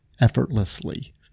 effortlessly